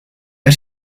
has